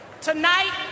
Tonight